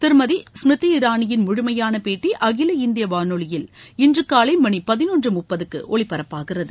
திருமதி ஸ்மிருதி இராணியின் முழுமையான பேட்டி அகில இந்திய வானொலியில் இன்று காலை மணி பதினொன்று முப்பதுக்கு ஒலிபரப்பாகிறது